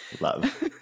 Love